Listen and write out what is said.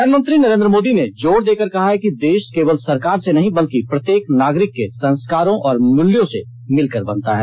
प्रधानमंत्री नरेन्द्र मोदी ने जोर देकर कहा है कि देश केवल सरकार से नहीं बल्कि प्रत्येक नागरिक के संस्कारों और मूल्यों से मिलकर बनता है